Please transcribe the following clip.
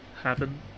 happen